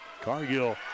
Cargill